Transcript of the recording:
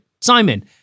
Simon